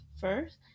first